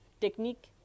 technique